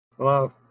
hello